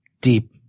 deep